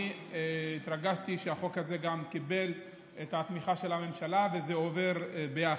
אני התרגשתי שהחוק הזה קיבל את התמיכה של הממשלה וזה עובר ביחד.